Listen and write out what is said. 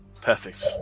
Perfect